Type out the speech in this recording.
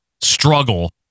struggle